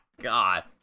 God